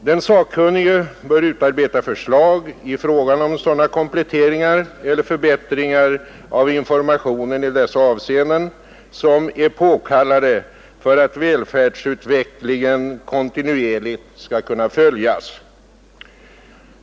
Den sakkunnige bör utarbeta förslag i fråga om sådana kompletteringar eller förbättringar av informationen i dessa avseenden som är påkallade för att välfärdsutvecklingen kontinuerligt skall kunna följas.